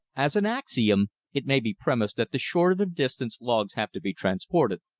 as an axiom it may be premised that the shorter the distance logs have to be transported,